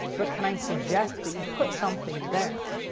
but can i suggest that you put something there.